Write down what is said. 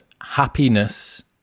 happiness